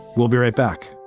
we'll be right back